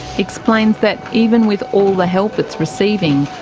explains that even with all the help it's receiving,